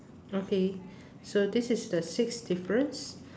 okay so this is the sixth difference